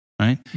right